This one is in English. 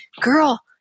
Girl